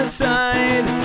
side